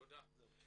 תודה.